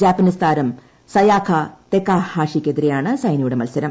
Japanese താരം Sayaka തെക്കാഹാഷിക്കെതിരെയാണ് സൈനയുടെ മൽസരം